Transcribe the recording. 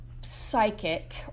psychic